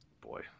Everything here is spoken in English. Boy